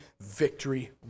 victory